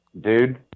dude